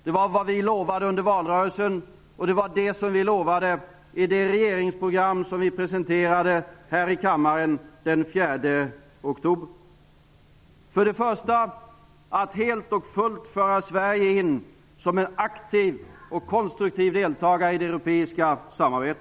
Det var vad vi lovade under valrörelsen, och det var vad vi lovade i det regeringsprogram som vi presenterade här i kammaren den 4 oktober. Det gällde för det första att helt och fullt föra in Sverige som en aktiv och konstruktiv deltagare i det europeiska samarbetet.